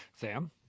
Sam